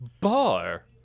Bar